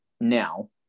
now